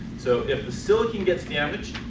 so if the silicon gets damaged